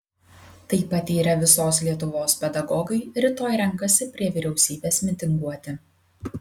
tai patyrę visos lietuvos pedagogai rytoj renkasi prie vyriausybės mitinguoti